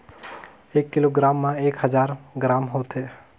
एक किलोग्राम म एक हजार ग्राम होथे